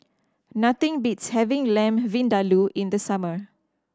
nothing beats having Lamb Vindaloo in the summer